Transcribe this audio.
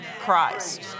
Christ